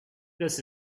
this